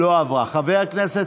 חבר הכנסת